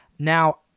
Now